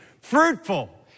Fruitful